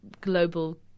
global